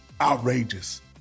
outrageous